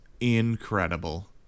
incredible